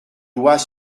doigt